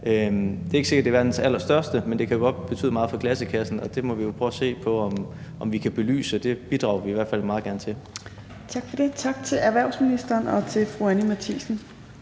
Det er ikke sikkert, at det er verdens allerstørste, men det kan godt betyde meget for klassekassen, og det må vi prøve at se på om vi kan belyse. Det bidrager vi i hvert fald meget gerne til. Kl. 15:19 Fjerde næstformand (Trine